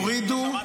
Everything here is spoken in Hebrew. שיורידו,